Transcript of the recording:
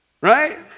Right